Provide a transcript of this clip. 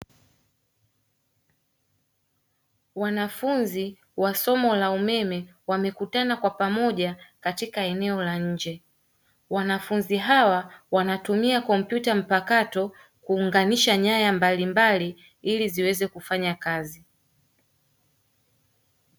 Wanafunzi wasomo la umeme wamekutana kwa pamoja katika eneo la nje, wanafunzi hawa wanatumia kompyuta mpakato kuunganisha nyaya mbalimbali ili ziweze kufanya kazi.